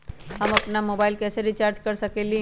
हम अपन मोबाइल कैसे रिचार्ज कर सकेली?